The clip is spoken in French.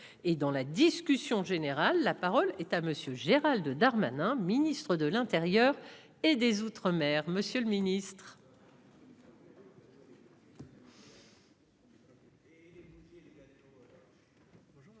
et dans la discussion générale, la parole est à monsieur Gérald Darmanin, ministre de l'Intérieur et des Outre-mer Monsieur le Ministre.